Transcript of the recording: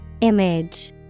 Image